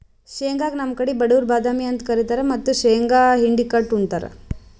ಶೇಂಗಾಗ್ ನಮ್ ಕಡಿ ಬಡವ್ರ್ ಬಾದಾಮಿ ಅಂತ್ ಕರಿತಾರ್ ಮತ್ತ್ ಶೇಂಗಾ ಹಿಂಡಿ ಕುಟ್ಟ್ ಉಂತಾರ್